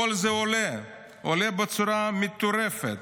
כל זה עולה בצורה מטורפת.